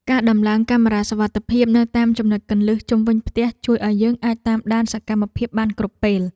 ការដំឡើងកាមេរ៉ាសុវត្ថិភាពនៅតាមចំណុចគន្លឹះជុំវិញផ្ទះជួយឱ្យយើងអាចតាមដានសកម្មភាពបានគ្រប់ពេល។